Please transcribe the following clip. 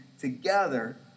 together